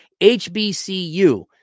HBCU